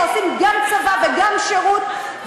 שעושים גם צבא וגם שירות.